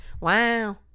Wow